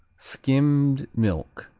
skimmed milk